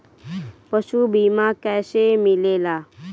पशु बीमा कैसे मिलेला?